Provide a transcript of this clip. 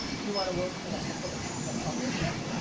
do you wanna work in ah sort of in a partnership?